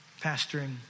pastoring